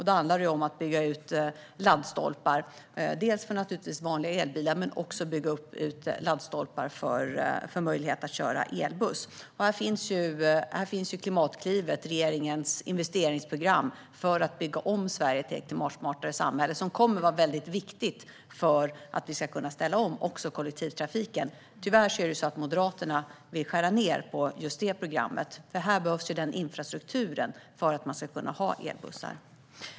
Då handlar det om att bygga ut laddstolpar, dels naturligtvis för vanliga elbilar, dels för elbussar. Här finns Klimatklivet, regeringens investeringsprogram för att bygga om Sverige till ett klimatsmartare samhälle. Det kommer att vara mycket viktigt för att vi ska kunna ställa om också kollektivtrafiken. Tyvärr vill Moderaterna skära ned på just detta program. Här behövs denna infrastruktur för att man ska kunna ha elbussar.